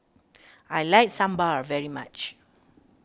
I like Sambar very much